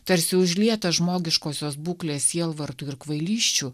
tarsi užlietas žmogiškosios būklės sielvartų ir kvailysčių